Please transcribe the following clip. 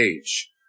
age